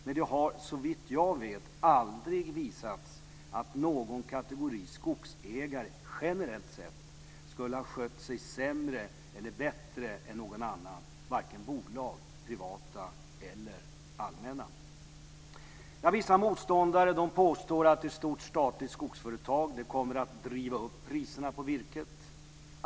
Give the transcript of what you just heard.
Men det har såvitt jag vet aldrig visats att någon kategori skogsägare generellt sett skulle ha skött sig sämre eller bättre än någon annan, varken bolag, privata ägare eller allmänna ägare. Vissa motståndare påstår att ett stort statligt skogsföretag kommer att driva upp priserna på virket.